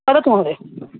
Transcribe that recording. वदतु महोदय